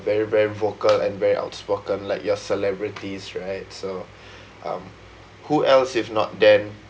very very vocal and very outspoken like you're celebrities right so um who else if not then